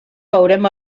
veurem